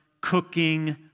cooking